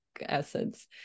essence